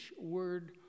word